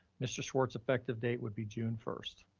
mr. schwartz effective date would be june first.